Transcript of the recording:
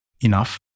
enough